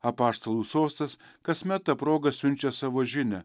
apaštalų sostas kasmet ta proga siunčia savo žinią